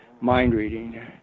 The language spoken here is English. mind-reading